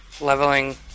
leveling